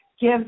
give